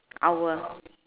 our